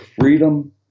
freedom